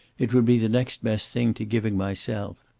it would be the next best thing to giving myself.